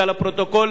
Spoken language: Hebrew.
אין בעיה.